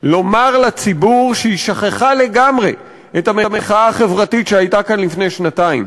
לומר לציבור שהיא שכחה לגמרי את המחאה החברתית שהייתה כאן לפני שנתיים.